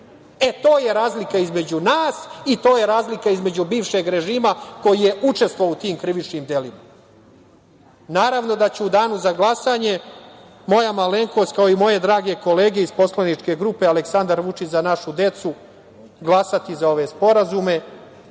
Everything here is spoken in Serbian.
To je razlika između nas i to je razlika između bivšeg režima koji je učestvovao u tim krivičnim delima. Naravno da ću u Danu za glasanje, moja malenkost, kao i moje drage kolege iz poslaničke grupe „Aleksandar Vučić – za našu decu“ glasati za ove sporazume